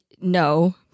no